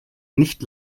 nicht